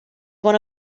one